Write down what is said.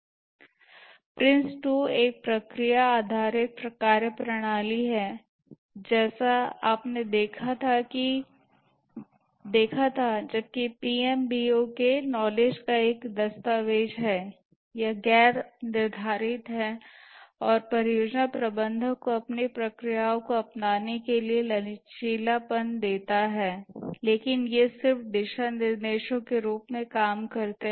PRINCE2 एक प्रक्रिया आधारित कार्यप्रणाली है जैसा आपने देखा था जबकि PMBOK नॉलेज का एक दस्तावेज है यह गैर निर्धारित है और परियोजना प्रबंधक को अपनी प्रक्रियाओं को अपनाने के लिए लचीलापन देता है लेकिन ये सिर्फ दिशा निर्देशों के रूप में काम करते हैं